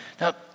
Now